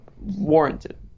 warranted